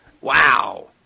wow